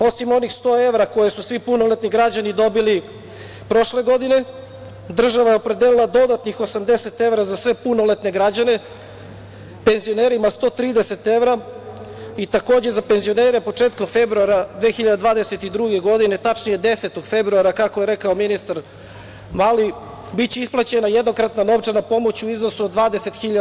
Osim onih 100 evra koje su svi punoletnih građani dobili prošle godine, država je opredelila dodatnih 80 evra za sve punoletne građane, penzionerima 130 evra, i takođe za penzionere početkom februara 2022. godine, tačnije 10. februara, kako je rekao ministar Mali, biće isplaćena jednokratna novčana pomoć u iznosu od 20.000 dinara.